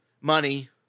money